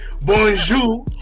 Bonjour